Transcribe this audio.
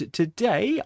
today